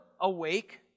awake